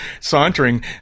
Sauntering